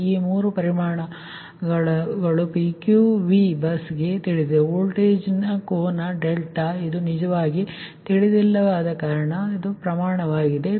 ಈ 3 ಪ್ರಮಾಣಗಳು PQV ಬಸ್ಗೆ ತಿಳಿದಿದೆ ವೋಲ್ಟೇಜ್ ಕೋನ ಡೆಲ್ಟಾ ಇದು ನಿಜವಾಗಿ ತಿಳಿದಿಲ್ಲದ ಪ್ರಮಾಣವಾಗಿದೆ ಸರಿ